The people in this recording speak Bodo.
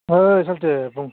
ओइ साल्थे बुं